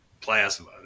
plasma